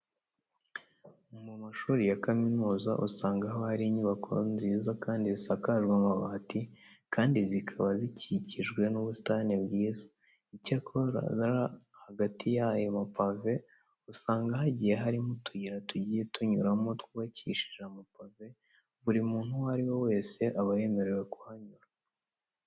Mu mashuri ya kaminuza usanga haba hari inyubako nziza kandi zisakajwe amabati kandi zikaba zikikijwe n'ubusitani bwiza. Icyakora, hagati yayo mapave, usanga hagiye harimo utuyira tugiye tunyuramo twubakishije amapave buri muntu uwo ari we wese aba yemerewe kuhanyura.